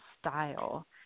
style